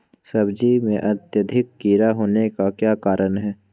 सब्जी में अत्यधिक कीड़ा होने का क्या कारण हैं?